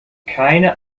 keine